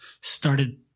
started